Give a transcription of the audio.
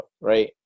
right